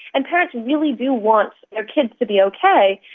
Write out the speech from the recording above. and parents really do want their kids to be okay,